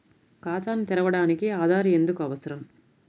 ఖాతాను తెరవడానికి ఆధార్ ఎందుకు అవసరం?